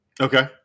Okay